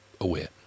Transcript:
aware